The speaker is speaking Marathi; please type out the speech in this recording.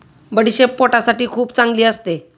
बडीशेप पोटासाठी खूप चांगली असते